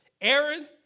Aaron